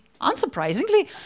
unsurprisingly